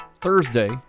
Thursday